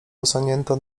wysuniętą